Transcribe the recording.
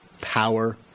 power